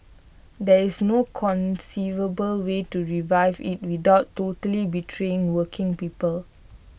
there is no conceivable way to revive IT without totally betraying working people